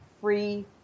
free